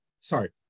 sorry